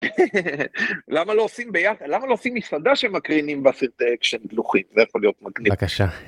למה לא עושים ביחד למה לא עושים מסעדה שמקרינים בה סרטי אקשן דלוחים זה יכול להיות מגניב. בבקשה